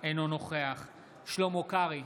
אינו נוכח שלמה קרעי,